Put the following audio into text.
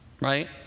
right